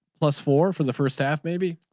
plus for for the first half maybe